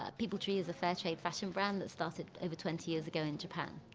ah people tree is a fair trade fashion brand that started over twenty years ago in japan.